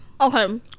Okay